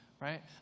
Right